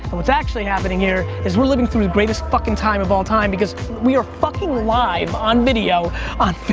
and what's actually happening here, is we're looking through the greatest fucking time of all time, because we are fucking live on video on